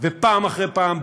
פעם אחרי פעם,